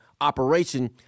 operation